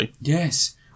Yes